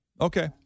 Okay